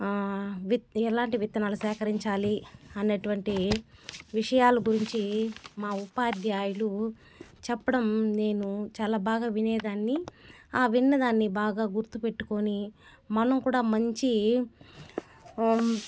విత్త ఎలాంటి విత్తనాలు సేకరించాలి అనేటువంటి విషయాలు గురించి మా ఉపాధ్యాయులు చెప్పడం నేను చాలా బాగా వినేదాన్ని ఆ విన్నదాన్ని బాగా గుర్తు పెట్టుకొని మనం కూడా మంచి